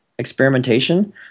experimentation